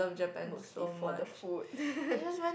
mostly for the food